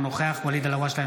אינו נוכח ואליד אלהואשלה,